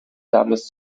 damals